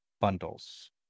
bundles